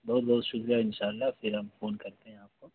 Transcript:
بہت بہت شکریہ انشاء اللہ پھر ہم فون کرتے ہیں آپ کو